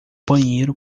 banheiro